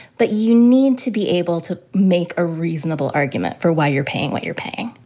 but you need to be able to make a reasonable argument for why you're paying what you're paying.